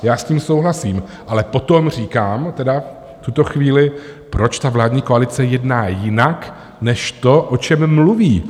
Já s tím souhlasím, ale potom říkám tedy v tuto chvíli, proč ta vládní koalice jedná jinak než to, o čem mluví?